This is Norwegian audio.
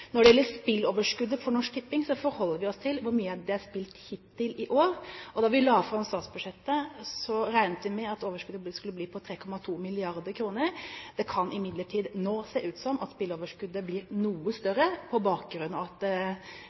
Når det gjelder spilloverskuddet for Norsk Tipping, forholder vi oss til hvor mye det er spilt for hittil i år. Da vi la fram statsbudsjettet, regnet vi med at overskuddet skulle bli på 3,2 mrd. kr. Det kan imidlertid nå se ut som at spilloverskuddet blir noe større på bakgrunn av at